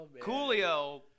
Coolio